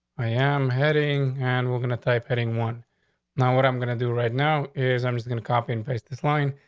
i am heading and we're going to type hitting one now. what i'm gonna do right now is i'm just gonna copy and paste this line,